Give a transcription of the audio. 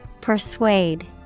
Persuade